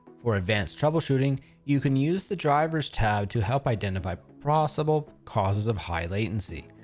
for advanced troubleshooting you can use the drivers tab to help identify possible causes of high latency,